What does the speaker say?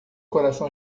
coração